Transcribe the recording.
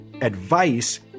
advice